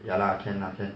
ya lah can lah can